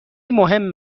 مهم